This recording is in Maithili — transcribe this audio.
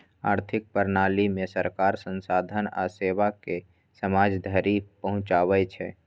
आर्थिक प्रणालीमे सरकार संसाधन आ सेवाकेँ समाज धरि पहुंचाबै छै